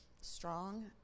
strong